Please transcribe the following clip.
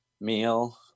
meal